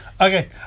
Okay